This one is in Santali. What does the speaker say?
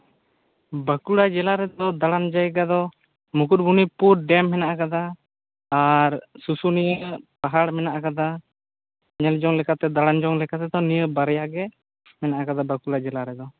ᱵᱟᱹᱠᱩᱲᱟ ᱡᱮᱞᱟᱨᱮᱫ ᱫᱟᱲᱟᱱ ᱡᱟᱭᱜᱟ ᱫᱚ ᱢᱩᱠᱩᱴᱢᱩᱱᱤᱯᱩᱨ ᱰᱮᱢ ᱦᱮᱱᱟᱜ ᱟᱠᱟᱫᱟ ᱟᱨ ᱥᱩᱥᱩᱱᱤᱭᱟᱹ ᱯᱟᱦᱟᱲ ᱢᱮᱱᱟᱜ ᱟᱠᱟᱫᱟ ᱧᱮᱞ ᱡᱚᱝ ᱞᱮᱠᱟᱛᱮ ᱫᱟᱲᱟᱱ ᱡᱚᱝ ᱞᱮᱠᱟ ᱛᱮᱫᱚ ᱱᱤᱭᱟᱹ ᱵᱟᱨᱭᱟ ᱜᱮ ᱢᱮᱱᱟᱜ ᱟᱠᱟᱫᱟ ᱵᱟᱹᱠᱩᱲᱟ ᱡᱮᱞᱟ ᱨᱮᱫᱚ